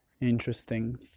interesting